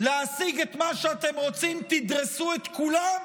להשיג את מה שאתם רוצים תדרסו את כולם,